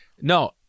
no